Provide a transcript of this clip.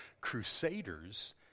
crusaders